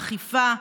אכיפה,